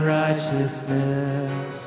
righteousness